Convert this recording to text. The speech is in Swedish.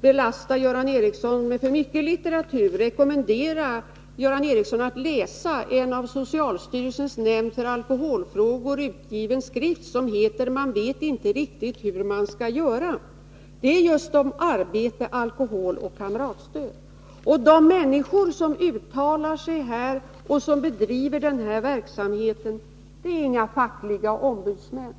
belasta Göran Ericsson med för mycket litteratur på området skulle jag vilja rekommendera honom att läsa en av socialstyrelsens nämnd för alkoholfrågor utgiven skrift som heter ”Man vet inte riktigt hur man skall göra”. Den handlar just om arbete, alkohol och kamratstöd. De människor som uttalar sig och som bedriver den här verksamheten är inga fackliga ombudsmän.